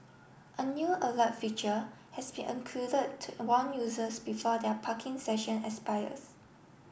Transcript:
a new alert feature has been included to warn users before their parking session expires